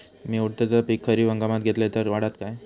मी उडीदाचा पीक खरीप हंगामात घेतलय तर वाढात काय?